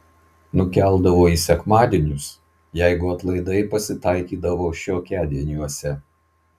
nukeldavo į sekmadienius jeigu atlaidai pasitaikydavo šiokiadieniuose